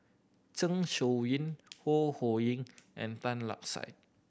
Zeng Shouyin Ho Ho Ying and Tan Lark Sye